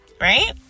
right